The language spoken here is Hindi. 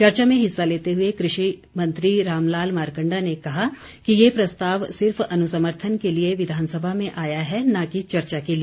चर्चा में हिस्सा लेते हुए कृषि रामलाल मारकंडा ने कहा कि ये प्रस्ताव सिर्फ अनुसमर्थन के लिए विधानसभा में आया है न कि चर्चा के लिए